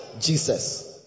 Jesus